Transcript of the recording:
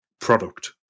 product